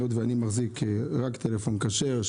היות ואני מחזיק טלפון כשר,